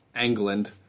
England